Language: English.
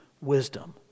wisdom